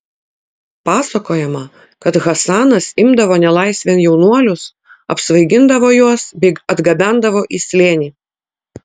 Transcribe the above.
pasakojama kad hasanas imdavo nelaisvėn jaunuolius apsvaigindavo juos bei atgabendavo į slėnį